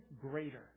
greater